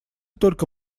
только